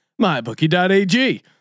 MyBookie.ag